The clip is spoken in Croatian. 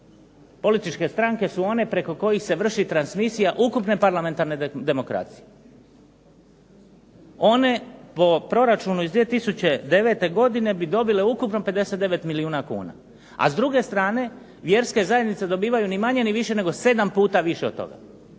Političke stranke su one preko kojih se vrši transmisija ukupne parlamentarne demokracije. One po proračunu iz 2009. godine bi dobile ukupno 59 milijuna kuna, a s druge strane vjerske zajednice dobivaju ni manje ni više nego 7 puta više od toga,